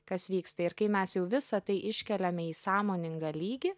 kas vyksta ir kai mes jau visa tai iškeliame į sąmoningą lygį